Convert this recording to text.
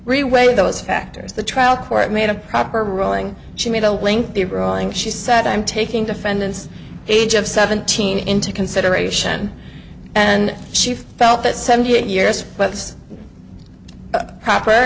reweigh those factors the trial court made a proper ruling she made a link the ruling she said i'm taking defendants age of seventeen into consideration and she felt that seventy eight years but it's proper